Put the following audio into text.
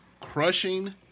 Crushing